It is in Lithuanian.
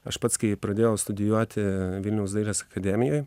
aš pats kai pradėjau studijuoti vilniaus dailės akademijoj